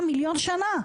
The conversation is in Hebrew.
לפני מיליון שנה,